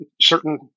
certain